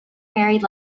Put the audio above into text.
married